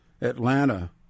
Atlanta